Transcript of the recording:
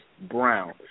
brown